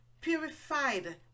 Purified